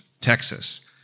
Texas